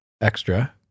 extra